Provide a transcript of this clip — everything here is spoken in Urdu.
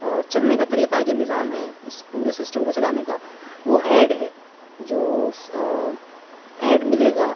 چلنے کا طریقہ ہے جو نظام ہے اس پورے سسٹم کو چلانے کا وہ ایڈ ہے جو ایڈ ملے گا